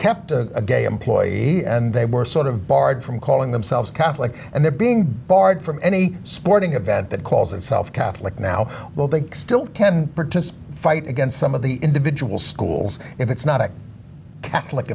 kept a gay employee and they were sort of barred from calling themselves catholic and they're being barred from any sporting event that calls itself catholic now well they still tend to fight against some of the individual schools and it's not a catholic